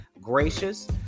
gracious